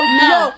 no